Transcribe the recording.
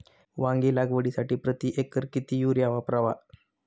वांगी लागवडीसाठी प्रति एकर किती युरिया वापरावा?